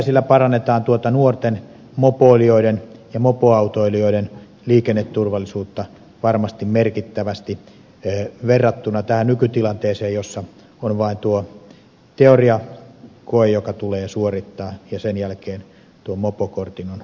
sillä parannetaan tuota nuorten mopoilijoiden ja mopoautoilijoiden liikenneturvallisuutta varmasti merkittävästi verrattuna tähän nykytilanteeseen jossa on vain tuo teoriakoe joka tulee suorittaa ja sen jälkeen tuon mopokortin on voinut saada